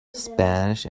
spanish